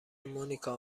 مونیکا